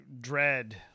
dread